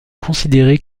considéré